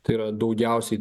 tai yra daugiausiai